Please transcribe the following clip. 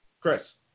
Chris